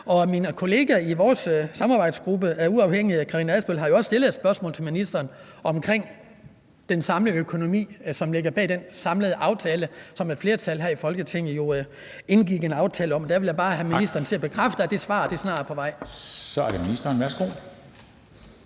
Min kollega i vores samarbejdsgruppe af uafhængige, Karina Adsbøl, har jo også stillet et spørgsmål til ministeren omkring den samlede økonomi, som ligger bag den samlede aftale, som et flertal her i Folketinget indgik. Der vil jeg bare have ministeren til at bekræfte, at det svar snart er på vej. Kl. 13:28 Formanden (Henrik